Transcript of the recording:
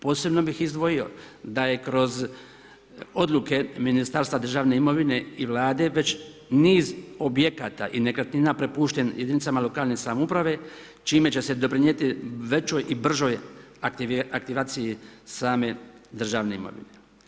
Posebno bih izdvojio da je kroz odluke Ministarstva državne imovine i Vlade već niz objekata i nekretnina prepušten jedinicama lokalne samouprave čime će se doprinijeti većoj i bržoj aktivaciji same državne imovine.